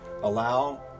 Allow